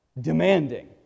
demanding